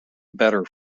better